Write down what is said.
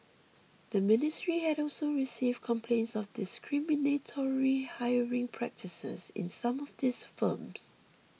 the ministry had also received complaints of discriminatory hiring practices in some of these firms